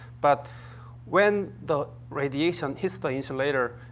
but when the radiation hits the insulator,